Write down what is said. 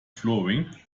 flooring